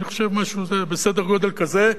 אני חושב משהו בסדר גודל כזה,